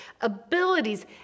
abilities